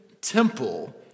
temple